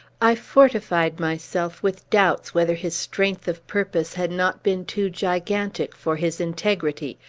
i fortified myself with doubts whether his strength of purpose had not been too gigantic for his integrity,